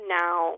now